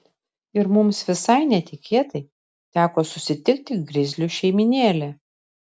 ir mums visai netikėtai teko susitikti grizlių šeimynėlę